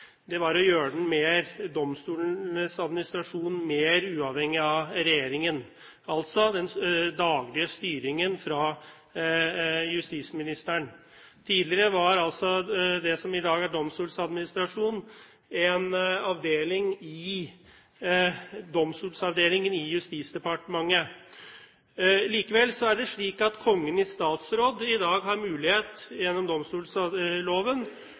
tid var å gjøre den mer uavhengig av regjeringen, altså den daglige styringen fra justisministeren. Tidligere var altså det som i dag er Domstoladministrasjonen, en domstolsavdeling i Justisdepartementet. Likevel er det slik at Kongen i statsråd i dag har mulighet gjennom